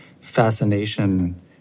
fascination